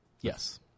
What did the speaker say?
Yes